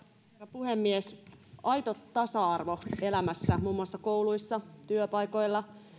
puhemies aito tasa arvo elämässä muun muassa kouluissa työpaikoilla